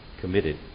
committed